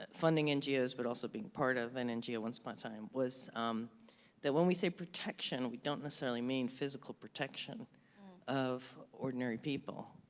ah funding ngos but also being part of an ngo once upon a time was that when we say protection, we don't necessarily mean physical protection of ordinary people.